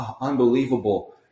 unbelievable